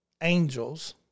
angels